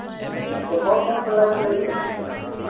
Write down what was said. अच्छा कौनसी लाइट लगेगा